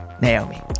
Naomi